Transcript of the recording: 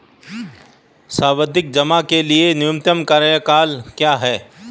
सावधि जमा के लिए न्यूनतम कार्यकाल क्या है?